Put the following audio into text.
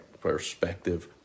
perspective